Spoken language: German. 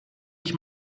ich